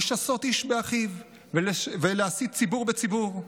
לשסות איש באחיו ולהסית ציבור בציבור.